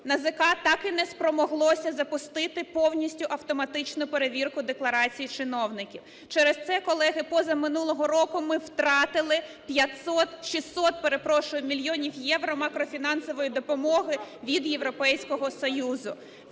НАЗК так і не спромоглося запустити повністю автоматичну перевірку декларацій чиновників. Через це, колеги, позаминулого року ми втратили 500… 600, перепрошую, мільйонів євро макрофінансової допомоги від Європейського Союзу.